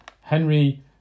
Henry